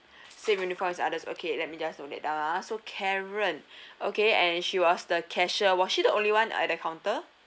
same uniform as others okay let me just note that down ah so karen okay and she was the cashier was she the only one at the counter